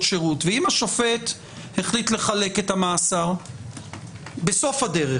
שירות"; ואם השופט החליט לחלק את המאסר בסוף הדרך?